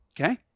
Okay